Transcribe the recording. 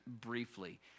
briefly